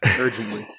urgently